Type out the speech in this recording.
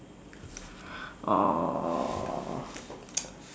uh